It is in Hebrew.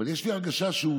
אבל יש לי הרגשה שהוא